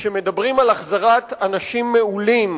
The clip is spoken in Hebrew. כשמדברים על החזרת אנשים מעולים,